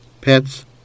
pets